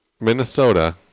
Minnesota